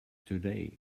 today